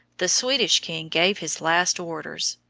the swedish king gave his last orders.